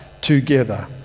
together